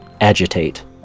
agitate